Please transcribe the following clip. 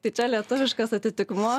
tai čia lietuviškas atitikmuo